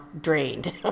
drained